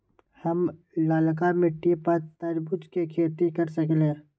हम लालका मिट्टी पर तरबूज के खेती कर सकीले?